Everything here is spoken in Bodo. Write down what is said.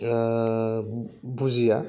बुजिया